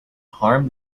harm